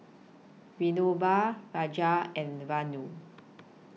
Vinoba Raja and Vanu